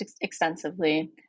extensively